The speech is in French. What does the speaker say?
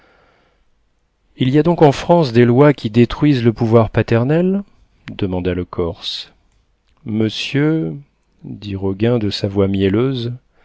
il y a donc en france des lois qui détruisent le pouvoir paternel demanda le corse monsieur dit roguin de sa voix mielleuse